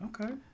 okay